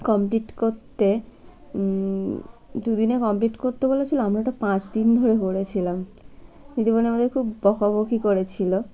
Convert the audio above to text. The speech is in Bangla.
কমপ্লিট করতে দু দিনে কমপ্লিট করতে বলেছিল আমরা ওটা পাঁচ দিন ধরে করেছিলাম দিদিমণি আমাদের খুব বকাবকি করেছিল